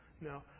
No